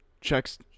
checks